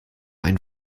ein